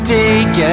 take